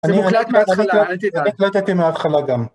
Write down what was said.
זה מוקלט מההתחלה, אל תדאג. אני הקלטתי מההתחלה גם.